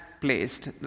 placed